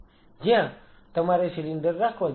જ્યાં તમારે સિલિન્ડર રાખવા જોઈએ